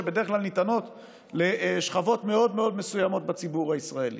שבדרך כלל ניתנות לשכבות מאוד מאוד מסוימות בציבור הישראלי.